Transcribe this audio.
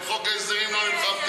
על חוק ההסדרים לא נלחמתם.